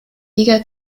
liga